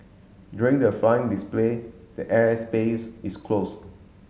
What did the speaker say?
during the flying display the air space is closed